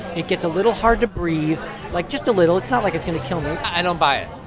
it gets a little hard to breathe like, just a little. it's not like it's going to kill me i don't buy it